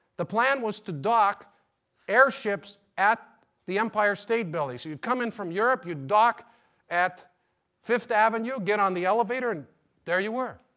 the plan was to dock airships at the empire state building. so you'd come in from europe, you'd dock at fifth avenue, get on the elevator, and there you were.